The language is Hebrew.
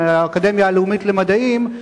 האקדמיה הלאומית למדעים,